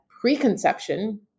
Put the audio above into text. preconception